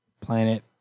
planet